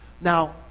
Now